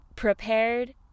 Prepared